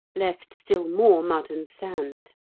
left still more mud and sand.